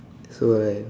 so I